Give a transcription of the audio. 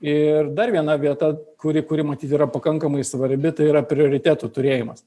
ir dar viena vieta kuri kuri matyt yra pakankamai svarbi tai yra prioritetų turėjimas